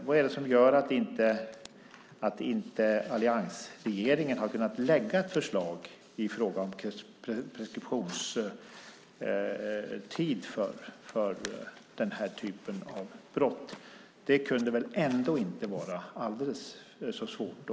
Vad är det som gör att alliansregeringen inte har kunnat lägga fram ett förslag om preskriptionstid för den här typen av brott? Det kan väl ändå inte vara så svårt.